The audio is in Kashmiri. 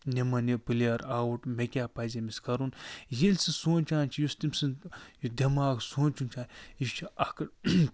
نِمن یہِ پُلیر آوُٹ مےٚ کیٛاہ پزِ أمِس کَرُن ییٚلہِ سُہ سونٛچان چھُ یُس تٔمۍ سٕنٛز یہِ دٮ۪ماغ سونٛچُن چھُ یہِ چھُ اکھ